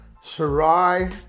Sarai